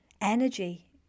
energy